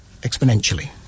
exponentially